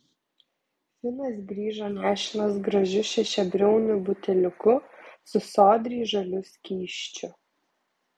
finas grįžo nešinas gražiu šešiabriauniu buteliuku su sodriai žaliu skysčiu